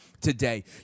today